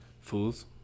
fools